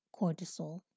cortisol